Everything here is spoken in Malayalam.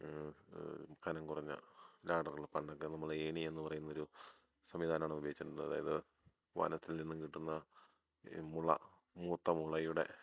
കനം കുറഞ്ഞ ലാഡറുള്ള പണ്ടൊക്കെ നമ്മൾ ഏണി എന്നു പറയുന്നൊരു സംവിധാനമാണ് ഉപയോഗിച്ചിരുന്നത് അതായത് വനത്തിൽ നിന്നും കിട്ടുന്ന ഈ മുള മൂത്ത മുളയുടെ